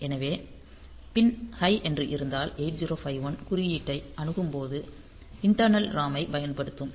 எனவே இந்த pin high என்று இருந்தால் 8051 குறியீட்டை அணுகும்போது இண்டர்னல் ROM ஐப் பயன்படுத்தும்